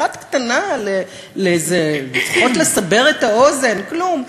אחת קטנה לפחות לסבר את האוזן, כלום.